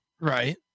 Right